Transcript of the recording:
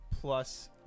plus